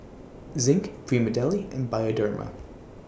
Zinc Prima Deli and Bioderma